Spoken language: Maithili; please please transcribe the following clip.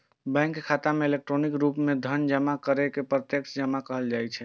बैंक खाता मे इलेक्ट्रॉनिक रूप मे धन जमा करै के प्रत्यक्ष जमा कहल जाइ छै